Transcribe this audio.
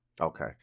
okay